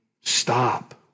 stop